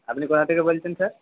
আপনি কোথা থেকে বলছেন স্যার